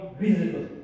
visible